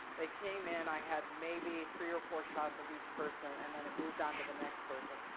they came in. i had, maybe, three or four shots of each person. and then, it moved on to the next person.